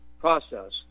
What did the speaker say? process